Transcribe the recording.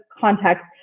context